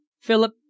Philip